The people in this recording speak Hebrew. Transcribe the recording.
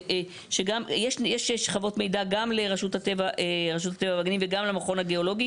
גם יש שכבות מידע גם לרשות הטבע והגנים וגם למכון הגיאולוגי,